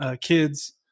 Kids